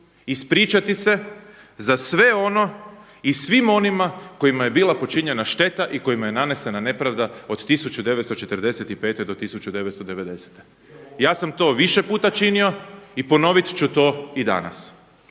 ispričati se za sve ono i svim onima kojima je bila počinjena šteta i kojima je nanesena nepravda od 1945. do 1990. Ja sam to više puta činio i ponovit ću to i danas.